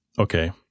Okay